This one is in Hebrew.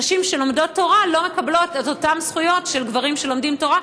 שנשים שלומדות תורה לא מקבלות את אותן זכויות של גברים שלומדים תורה,